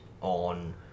on